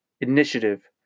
initiative